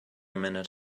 minute